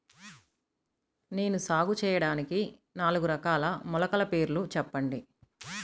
నేను సాగు చేయటానికి నాలుగు రకాల మొలకల పేర్లు చెప్పండి?